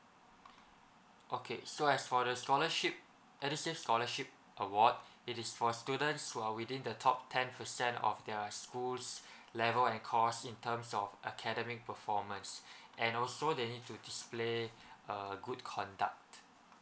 okay so as for the scholarship edusave scholarship award it is for students who are within the top ten percent of their school's level and course in terms of academic performance and also they need to display uh good conduct